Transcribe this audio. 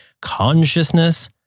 consciousness